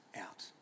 out